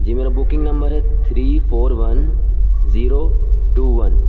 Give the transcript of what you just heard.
جی میرا booking number ہے three four one zero two one